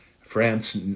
France